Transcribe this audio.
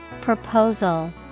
Proposal